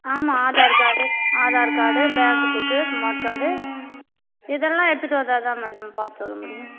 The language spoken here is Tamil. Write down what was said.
ஆமாம் Aadhaar card card bank book smart card இதெல்லாம் எடுத்துகிட்டு வந்தால் தான் மேடம் பார்த்து சொல்ல முடியும்